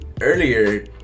earlier